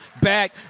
back